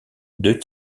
deux